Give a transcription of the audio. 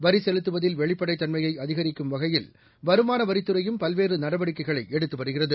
வரிசெலுத்துவதில் வெளிப்படைத் தன்மையைஅதிகரிக்கும் வகையில் வருமானவரித்துறையும் பல்வேறுநடவடிக்கைகளைஎடுத்துவருகிறது